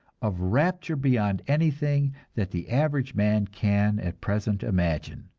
of rapture beyond anything that the average man can at present imagine,